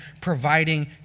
providing